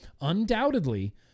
undoubtedly